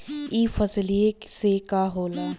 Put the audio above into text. ई फसलिया से का होला?